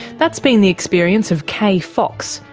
that's been the experience of kaye fox,